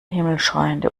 himmelschreiende